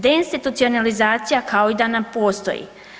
Deinstitucionalizacija kao i da ne postoji.